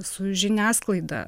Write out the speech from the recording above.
su žiniasklaida